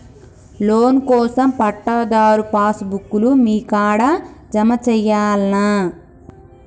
Loan కోసం పట్టాదారు passbook లు మీ కాడా జమ చేయల్నా?